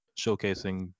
showcasing